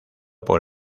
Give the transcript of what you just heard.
por